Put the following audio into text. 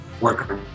work